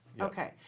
Okay